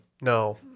no